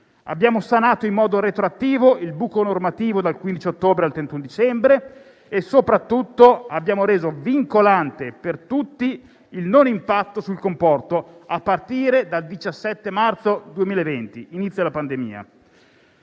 Abbiamo sanato, in modo retroattivo, il buco normativo dal 15 ottobre al 31 dicembre. E, soprattutto, abbiamo reso vincolante per tutti il non impatto sul comporto a partire dal 17 marzo 2020, inizio della pandemia.